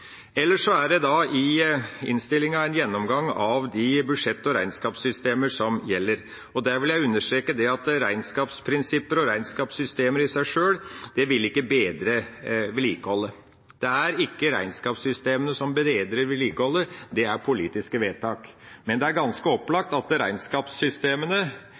Ellers er det i innstillinga en gjennomgang av de budsjett- og regnskapssystemer som gjelder. Der vil jeg understreke at regnskapsprinsipper og regnskapssystemer i seg sjøl vil ikke bedre vedlikeholdet. Det er ikke regnskapssystemene som bedrer vedlikeholdet, det er politiske vedtak. Men det er ganske opplagt at regnskapssystemene